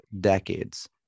decades